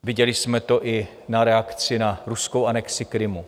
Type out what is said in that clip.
Viděli jsme to i na reakci na ruskou anexi Krymu.